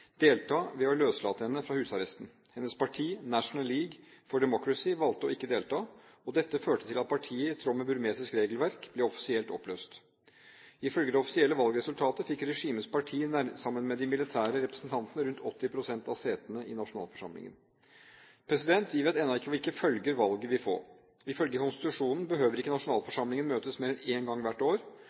delta ved å løslate henne fra husarresten. Hennes parti, National League for Democracy, valgte å ikke delta i valget, og dette førte til at partiet – i tråd med burmesisk regelverk – ble offisielt oppløst. Ifølge det offisielle valgresultatet fikk regimets parti, sammen med de militære representantene, rundt 80 pst. av setene i nasjonalforsamlingen. Vi vet ennå ikke hvilke følger valget vil få. Ifølge konstitusjonen behøver ikke nasjonalforsamlingen møtes mer enn én gang hvert år.